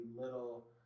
little